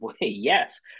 Yes